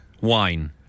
wine